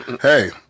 hey